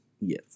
Yes